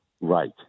Right